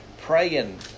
praying